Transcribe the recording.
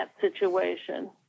situation